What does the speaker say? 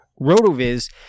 RotoViz